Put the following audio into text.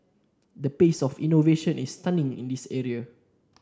the pace of innovation is stunning in this area